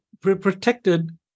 protected